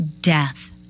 death